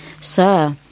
Sir